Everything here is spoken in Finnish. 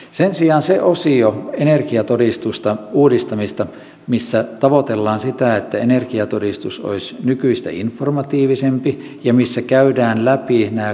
sen sijaan se osio energiatodistuksen uudistamisesta missä tavoitellaan sitä että energiatodistus olisi nykyistä informatiivisempi ja missä käydään läpi nämä kuuluisat energiamuotokertoimet